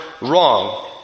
wrong